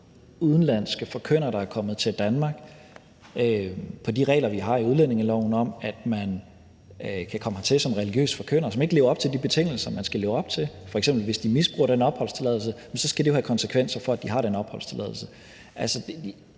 udenlandske forkyndere, der er kommet til Danmark på de regler, vi har i udlændingeloven, om, at man kan komme hertil som religiøs forkynder, som ikke lever op til de betingelser, man skal leve op til, f.eks. hvis de misbruger den opholdstilladelse, så skal det jo have konsekvenser for, at de har den opholdstilladelse.